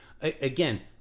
Again